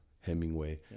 Hemingway